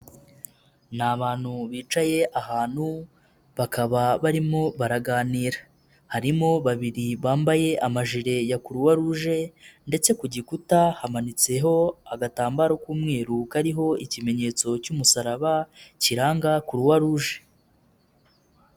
Ni abantu bicaye ahantu, bakaba barimo baraganira. Harimo babiri bambaye amajire ya Croix rouge ndetse ku gikuta hamanitseho agatambaro k'umweru kariho ikimenyetso cy'umusaraba kiranga Croix rouge.